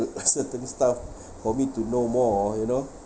with a certain stuff for me to know more you know